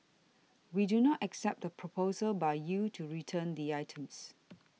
we do not accept the proposal by you to return the items